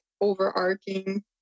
overarching